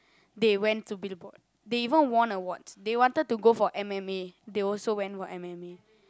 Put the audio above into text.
they went to billboard they even won awards they wanted to go for m_m_a they also went for m_m_a